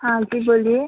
हाँ जी बोलिए